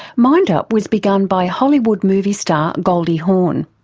mindup was begun by hollywood movie start goldie hawn.